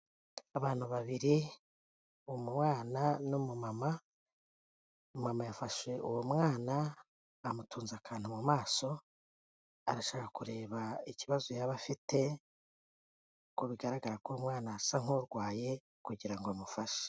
Abantu babiri, umwana n'umumama, umumama yafashe uwo mwana amutunze akantu mu maso arashaka kureba ikibazo yaba afite, uko bigaragara ko umwana asa nk'urwaye kugira ngo amufashe.